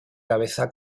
cabeza